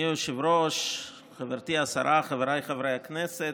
אדוני היושב-ראש, חברתי השרה, חבריי חברי הכנסת,